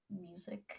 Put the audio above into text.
music